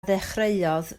ddechreuodd